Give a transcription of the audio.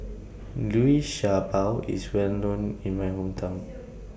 Liu Sha Bao IS Well known in My Hometown